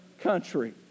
country